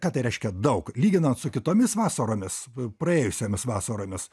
ką tai reiškia daug lyginant su kitomis vasaromis praėjusiomis vasaromis